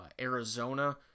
Arizona